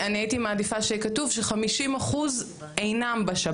אני הייתי מעדיפה שיהיה כתוב ש-50% אינם בשב"ן.